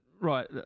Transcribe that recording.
right